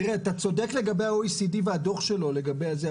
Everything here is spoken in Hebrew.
אתה צודק לגבי ה-OECD והדוח שלו לגבי הזה.